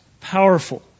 powerful